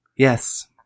Yes